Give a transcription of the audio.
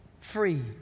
free